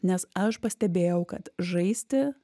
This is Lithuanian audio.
nes aš pastebėjau kad žaisti